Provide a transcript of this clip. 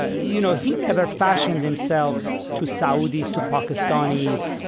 ah you know he never fashioned himself to saudis, to pakistanis,